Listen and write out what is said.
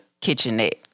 kitchenette